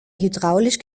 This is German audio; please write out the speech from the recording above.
hydraulisch